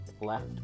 left